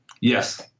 Yes